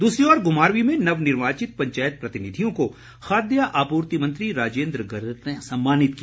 दूसरी ओर घुमारवीं में नवनिर्वाचित पंचायत प्रतिनिधियों को खाद्य आपूर्ति मंत्री राजेंद्र गर्ग ने सम्मानित किया